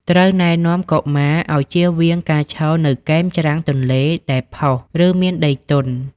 ត្រូវណែនាំកុមារឱ្យ ជៀសវាង ការឈរនៅគែមច្រាំងទន្លេដែលផុស ឬមានដីទន់។